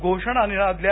घोषणा निनादल्या